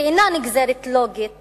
ואינה נגזרת לוגית